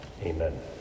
amen